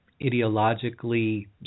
ideologically